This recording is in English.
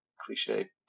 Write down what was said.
cliche